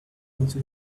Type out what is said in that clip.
into